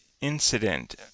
incident